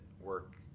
work